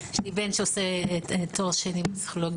יש לי בן שעושה תואר שני בפסיכולוגיה,